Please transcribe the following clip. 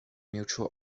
mutual